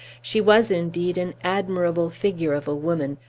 she was, indeed, an admirable figure of a woman,